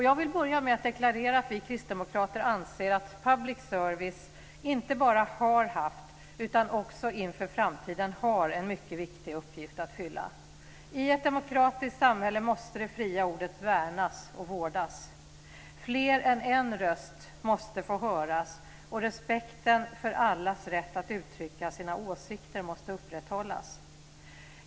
Jag vill börja med att deklarera att vi kristdemokrater anser att public service, radio och TV i allmänhetens tjänst, inte bara har haft utan också inför framtiden har en mycket viktig uppgift att fylla. I ett demokratiskt samhälle måste det fria ordet värnas och vårdas. Fler än en röst måste få höras, och respekten för allas rätt att uttrycka sina åsikter måste upprätthållas.